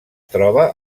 troba